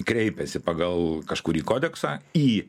kreipiasi pagal kažkurį kodeksą į